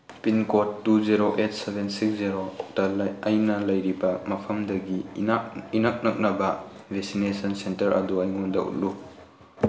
pincode two zero eight seven six ꯖꯦꯔꯣꯗ ꯑꯩꯅ ꯂꯩꯔꯤꯕ ꯃꯐꯝꯗꯒꯤ ꯏꯅꯛ ꯅꯛꯅꯕ ꯚꯦꯁꯤꯟꯅꯦꯁꯟ ꯁꯦꯟꯇꯔ ꯑꯗꯨ ꯑꯩꯉꯣꯟꯗ ꯎꯠꯂꯨ